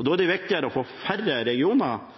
Da er det viktigere å få færre regioner